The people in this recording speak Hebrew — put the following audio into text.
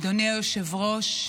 אדוני היושב-ראש,